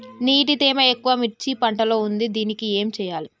నీటి తేమ ఎక్కువ మిర్చి పంట లో ఉంది దీనికి ఏం చేయాలి?